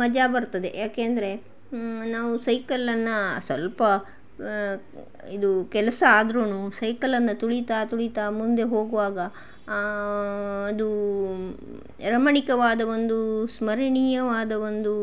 ಮಜ ಬರ್ತದೆ ಏಕೆಂದ್ರೆ ನಾವು ಸೈಕಲ್ಲನ್ನು ಸ್ವಲ್ಪ ಇದು ಕೆಲಸ ಆದ್ರೂ ಸೈಕಲನ್ನು ತುಳಿತಾ ತುಳಿತಾ ಮುಂದೆ ಹೋಗುವಾಗ ಅದೂ ರಮಣೀಯವಾದ ಒಂದು ಸ್ಮರಣೀಯವಾದ ಒಂದು